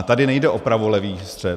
Tady nejde o pravolevý střet.